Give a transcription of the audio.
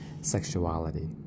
sexuality